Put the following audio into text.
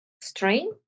strain